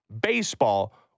baseball